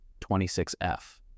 26F